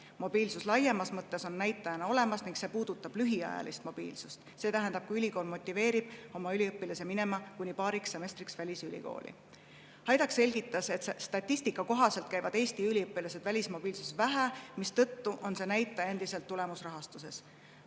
Mobiilsus laiemas mõttes on näitajana olemas ning see puudutab lühiajalist mobiilsust, see tähendab, kui ülikool motiveerib oma üliõpilasi minema kuni paariks semestriks välisülikooli. Haidak selgitas, et statistika kohaselt käivad Eesti üliõpilased välismobiilsuses vähe, mistõttu on see näitaja endiselt tulemusrahastuses.